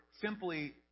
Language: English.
simply